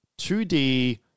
2D